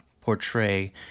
portray